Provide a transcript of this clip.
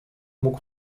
mógł